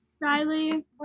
Riley